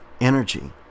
energy